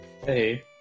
Hey